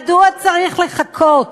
מדוע צריך לחכות?